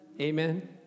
Amen